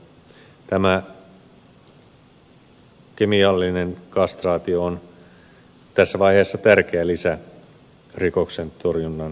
tämä kemiallinen kastraatio on tässä vaiheessa tärkeä lisä rikoksen torjunnan keinovalikoimassa